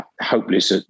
hopeless